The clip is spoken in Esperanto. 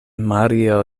mario